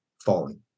falling